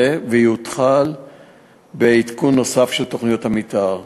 ויתחילו בעדכון נוסף של תוכניות המתאר.